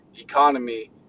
economy